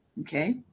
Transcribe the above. okay